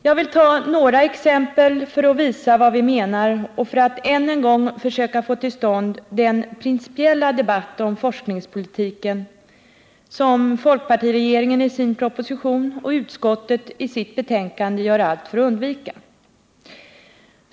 Jag vill ta några exempel för att visa vad vi menar och för att än en gång försöka få till stånd den principiella debatt om forskningspolitiken, som folkpartiregeringen i sin proposition och utskottet i sitt betänkande gör allt för att undvika.